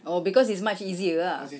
oh because it's much easier ah